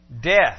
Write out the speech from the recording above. death